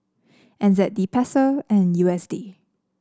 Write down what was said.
N Z D Peso and U S D